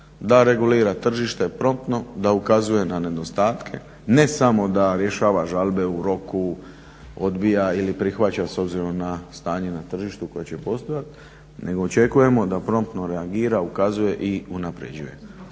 Da regulira tržište promptno, da ukazuje na nedostatke, ne smo da rješava žalbe u roku, odbija ili prihvaća s obzirom na stanje na tržištu koje će postojat, nego očekujemo da promptno reagira, ukazuje i unaprjeđuje.